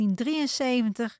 1973